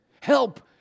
Help